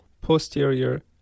posterior